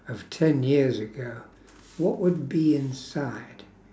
of ten years ago what would be inside